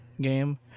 game